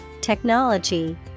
technology